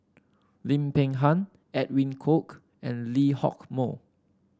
Lim Peng Han Edwin Koek and Lee Hock Moh